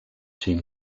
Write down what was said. team